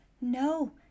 No